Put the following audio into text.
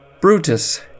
Brutus